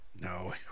No